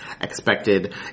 expected